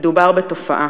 מדובר בתופעה.